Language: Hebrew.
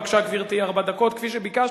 בבקשה, גברתי, ארבע דקות, כפי שביקשת.